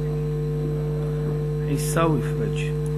עיסאווי פריג'.